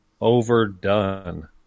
overdone